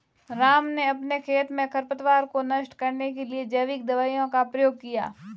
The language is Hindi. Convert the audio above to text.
राम ने अपने खेत में खरपतवार को नष्ट करने के लिए जैविक दवाइयों का प्रयोग किया